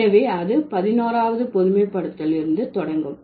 எனவே அது பதினோராவது பொதுமைப்படுத்தல் இருந்து தொடங்கும்